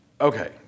Okay